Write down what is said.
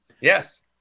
Yes